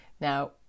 Now